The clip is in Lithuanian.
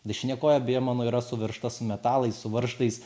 dešinė koja beje mano yra suveržta su metalais su varžtais